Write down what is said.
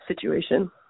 situation